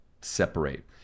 separate